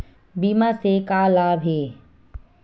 बीमा से का लाभ हे?